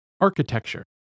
architecture